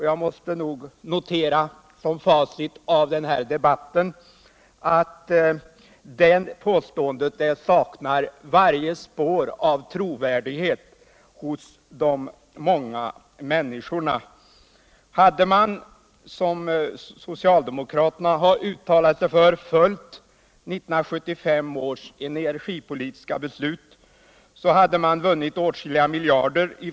Jag måste nog som facit av den här debatten notera att det påståendet för de flesta mäiänniskorna saknar varje spår av trovärdighet. Hade man, som socialdemokraterna föreslagit, följt 1975 års energipolitiska beslut, hade man vunnit åtskilliga miljarder.